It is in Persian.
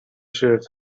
شرت